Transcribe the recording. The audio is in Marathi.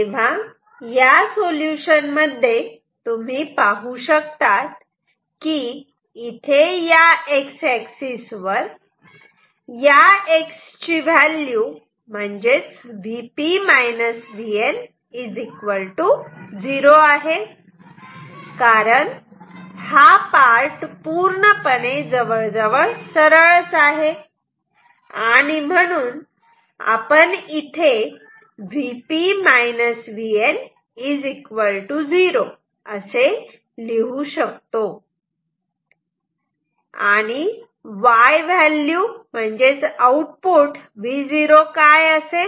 तेव्हा या सोल्युशन मध्ये तुम्ही पाहू शकतात की इथे या X एक्सीस् वर या X ची व्हॅल्यू म्हणजेच Vp Vn 0 आहे कारण हा पार्ट पूर्णपणे जवळजवळ सरळच आहे आणि म्हणून आपण इथे Vp Vn 0 असे लिहू शकतो आणि Y व्हॅल्यू म्हणजेच आउटपुट Vo काय असेल